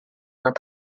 vingt